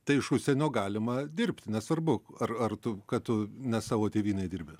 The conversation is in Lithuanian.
tai iš užsienio galima dirbt nesvarbu ar ar tu kad tu ne savo tėvynėj dirbi